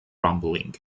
rumbling